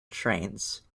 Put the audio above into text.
trains